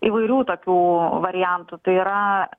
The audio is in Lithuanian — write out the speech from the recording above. įvairių tokių variantų tai yra